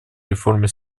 реформе